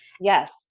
Yes